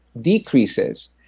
decreases